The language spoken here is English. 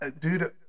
Dude